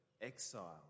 exile